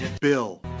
Bill